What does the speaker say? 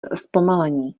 zpomalení